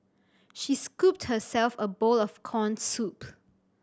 she scooped herself a bowl of corn soup